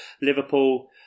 Liverpool